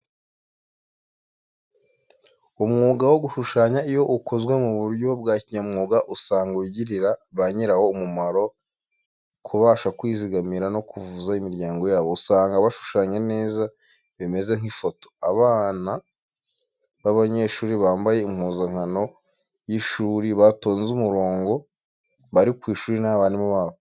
Umwuga wo gushushanya iyo ukozwe mu buryo bya kinyamwuga usanga ugirira ba nyirawo umumaro, kubasha kwizigamira, no kuvuza imiryango yabo. Usanga bashushanya neza bimeze nk'ifoto. Abana b'abanyeshuri bambaye impuzankano y'ishuri, batonze umurongo bari ku ishuri n'abarimu babo